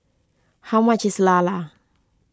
how much is Lala